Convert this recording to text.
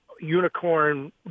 unicorn